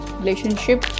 relationship